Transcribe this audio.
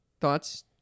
thoughts